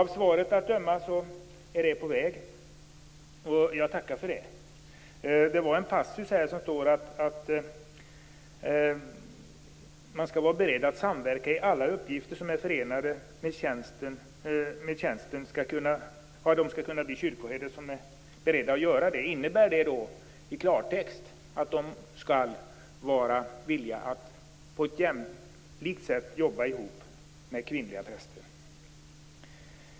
Av svaret att döma är det på väg, och jag tackar för det. Det finns en passus i svaret där det står att "den som är beredd att samverka i alla uppgifter som är förenade med tjänsten skall kunna bli kyrkoherde". Innebär det i klartext att de skall vara villiga att på ett jämlikt sätt jobba ihop med kvinnliga präster?